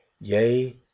yea